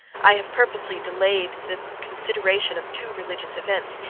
i have purposely delayed the consideration of two religious events,